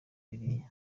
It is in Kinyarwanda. kiriya